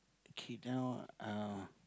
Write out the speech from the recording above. okay now uh